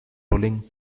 rolling